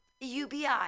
UBI